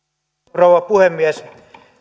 rouva puhemies